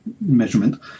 measurement